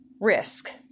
risk